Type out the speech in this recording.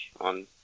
on